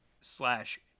slash